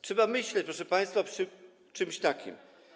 Trzeba myśleć, proszę państwa, przy czymś takim.